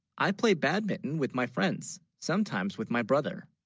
i play, badminton with, my friends sometimes with, my brother